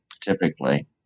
typically